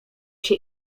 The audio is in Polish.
się